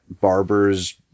barbers